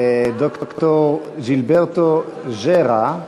ד"ר ג'ילברטו גרה,